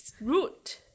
root